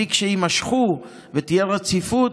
מספיק שיימשכו ותהיה רציפות,